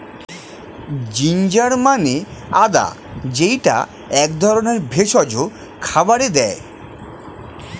ginger মানে আদা যেইটা এক ধরনের ভেষজ খাবারে দেয়